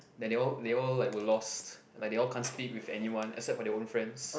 then they all they all like were lost like they all can't speak with anyone except for their own friends